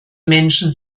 menschen